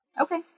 Okay